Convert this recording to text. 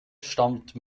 stammt